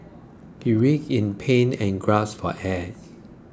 he writhed in pain and gasped for air